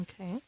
Okay